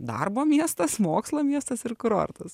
darbo miestas mokslo miestas ir kurortas